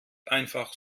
einfach